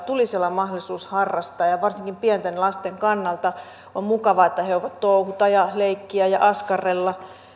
tulisi olla mahdollisuus harrastaa ja ja varsinkin pienten lasten kannalta on mukavaa että he voivat touhuta ja leikkiä ja askarrella